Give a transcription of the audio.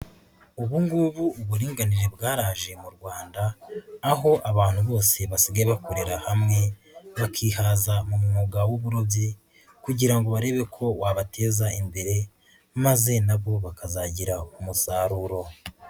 Ubu ngubu uburinganire bwaraje mu Rwanda aho abantu bose basigaye bakorera hamwe bakihaza mu mwuga w'uburobyi kugira ngo barebe ko wabateza imbere maze na bo bakazagira umusaruro.